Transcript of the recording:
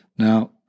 Now